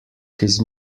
his